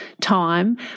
time